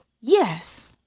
Yes